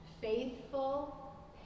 faithful